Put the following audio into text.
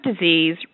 disease